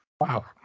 Wow